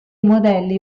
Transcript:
modelli